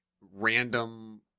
random